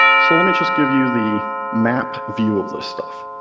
so let me just give you the map view of this stuff.